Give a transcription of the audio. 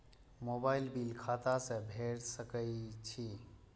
Mobile bill खाता से भेड़ सके छि?